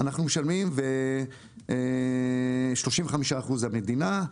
ו- 35% המדינה,